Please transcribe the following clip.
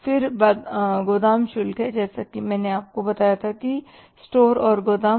फिर गोदाम शुल्क हैं जैसा कि मैंने आपको बताया कि स्टोर और गोदाम